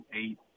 eight